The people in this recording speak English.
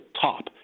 top